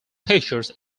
teachers